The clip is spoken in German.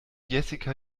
jessica